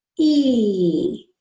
e,